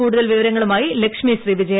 കൂടുതൽ വിവരങ്ങളുമായി ലക്ഷ്മിശ്രീവിജയ